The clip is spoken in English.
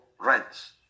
rents